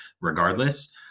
regardless